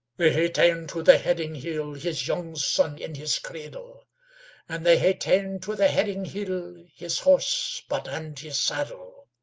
they hae ta'en to the heading-hill his young son in his cradle and they hae ta'en to the heading-hill his horse but and his saddle.